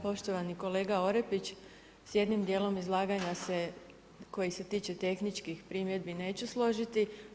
Poštovani kolega Orepić, s jednim dijelom izlaganja se, koji se tiče tehničkih primjedbi neću složiti.